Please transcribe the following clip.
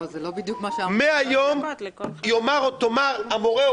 מהיום יאמר המורה: